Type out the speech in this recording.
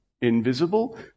invisible